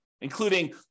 including